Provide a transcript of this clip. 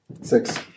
Six